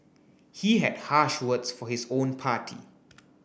he had harsh words for his own party